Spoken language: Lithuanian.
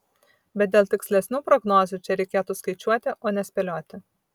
bet dėl tikslesnių prognozių čia reikėtų skaičiuoti o ne spėlioti